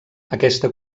aquesta